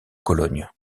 cologne